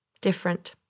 Different